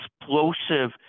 explosive